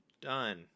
Done